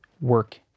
work